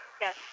Yes